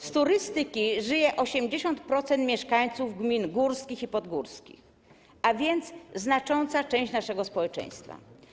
Z turystyki żyje 80% mieszkańców gmin górskich i podgórskich, a więc znacząca część naszego społeczeństwa.